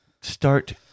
start –